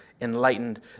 enlightened